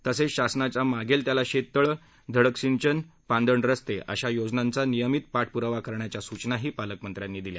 तसेच शासनाच्या मागेल त्याला शेततळे धडक सिंचन पांदन रस्ते अशा योजनांचा नियमित पाठपुरावा करण्याच्या सूचना पालकमंत्र्यांनी दिल्या